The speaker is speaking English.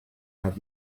have